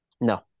No